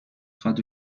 خواد